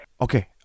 okay